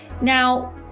Now